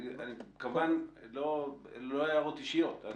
אלה כמובן לא הערות אישיות.